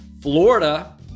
Florida